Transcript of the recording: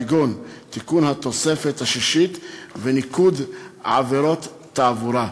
כגון התוספת השישית וניקוד עבירות תעבורה,